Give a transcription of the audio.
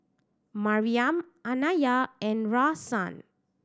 Mariam Anaya and Rahsaan